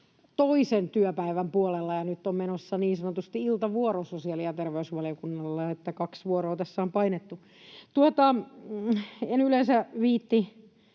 toisen työpäivän puolella, ja nyt on menossa niin sanotusti iltavuoro sosiaali- ja terveysvaliokunnalla. Että kaksi vuoroa tässä on painettu. En yleensä viitsi